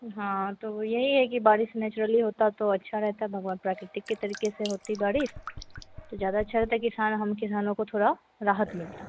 हाँ तो वह यही है कि बारिश नेचुरली होती तो अच्छा रहता प्राकृतिक तरीके से होती बारिश तो ज़्यादा अच्छा होता किसानों हम किसानों को थोड़ी राहत मिलती